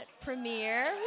premiere